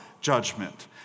judgment